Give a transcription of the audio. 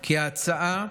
כי ההצעה,